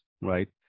right